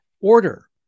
order